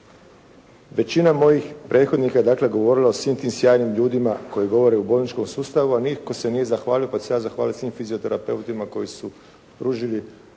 Većina mojih prethodnika je dakle, govorila o svim tim sjajnim ljudima koji govore o bolničkom sustavu, a nitko se nije zahvalio pa ću se ja zahvaliti svim fizioterapeutima koji su pružili